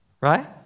right